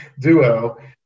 duo